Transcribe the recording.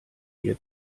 hier